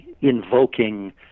invoking